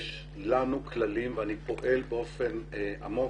יש לנו כללים ואני פועל באופן עמוק